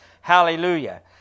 Hallelujah